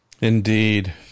Indeed